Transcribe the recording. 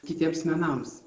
kitiems menams